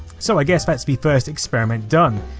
so i guess that's the first experiment done.